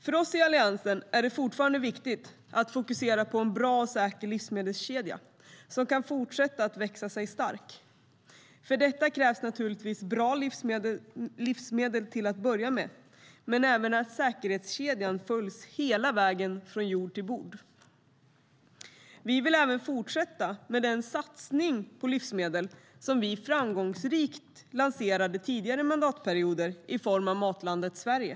För oss i Alliansen är det fortfarande viktigt att fokusera på en bra och säker livsmedelskedja som kan fortsätta att växa sig stark. För detta krävs naturligtvis bra livsmedel till att börja med men även att säkerhetskedjan följs hela vägen från jord till bord. Vi vill även fortsätta med den satsning på livsmedel som vi framgångsrikt lanserade under tidigare mandatperioder i form av Matlandet Sverige.